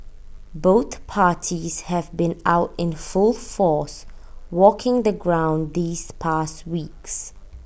both parties have been out in full force walking the ground these past weeks